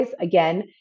again